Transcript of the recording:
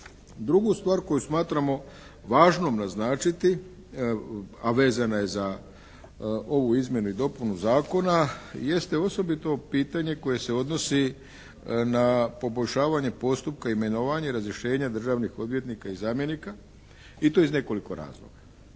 Drugu stvar koju smatramo važnom naznačiti, a vezana je za ovu izmjenu i dopunu Zakona jeste osobito pitanje koje se odnosi na poboljšavanje postupka i imenovanja i razrješenja državnih odvjetnika i zamjenika i to iz nekoliko razloga.